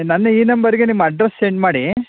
ನನ್ನ ಈ ನಂಬರಿಗೆ ನಿಮ್ಮ ಅಡ್ರೆಸ್ ಸೆಂಡ್ ಮಾಡಿ